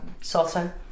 salsa